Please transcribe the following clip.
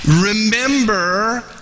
Remember